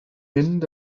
mynd